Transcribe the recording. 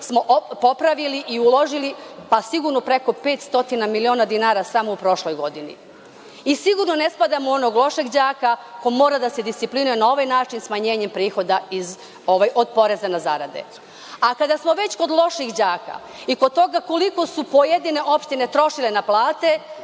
smo popravili i uložili pa sigurno preko 500 miliona dinara, samo u prošloj godini. Sigurno ne spadamo u onog lošeg đaka koji mora da se disciplinuje na ovaj način smanjenjem prihoda od poreza na zarade.A kada smo već kod loših đaka i kod toga koliko su pojedine opštine trošile na plate